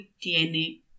tiene